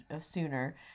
sooner